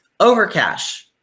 Overcash